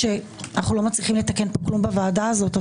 לצערי,